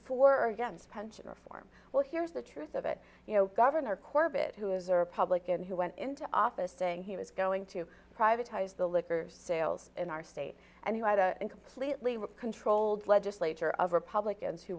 for or against pension reform well here's the truth of it you know governor corbett who is or republican who went into office saying he was going to privatized the liquor sales in our state and he had a completely controlled legislature of